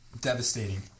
devastating